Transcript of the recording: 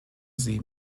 sie